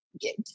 get